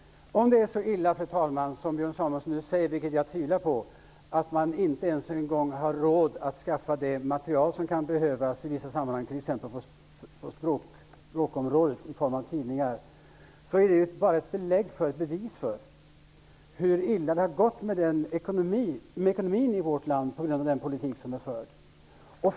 Om det är så illa som Björn Samuelson sade, vilket jag tvivlar på, dvs. att man inte ens har råd att skaffa det material som kan behövas i form av tidningar på t.ex. språkområdet, så bevisar det bara hur illa det har gått med ekonomin i vårt land på grund av den politik som har förts.